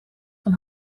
van